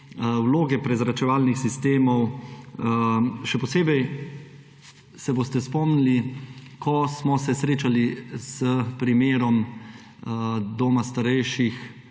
vloge prezračevalnih sistemov, še posebej, se boste spomnili, ko smo se srečali s primerom doma starejših